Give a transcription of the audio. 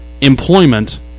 employment